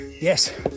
Yes